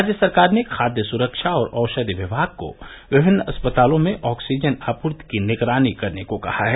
राज्य सरकार ने खाद्य सुरक्षा और औषधि विभाग को विभिन्न अस्पतालों में ऑक्सिजन आपूर्ति की निगरानी करने को कहा है